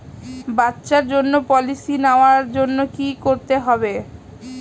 বাচ্চার জন্য পলিসি নেওয়ার জন্য কি করতে হবে?